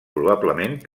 probablement